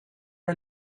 are